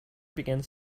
begins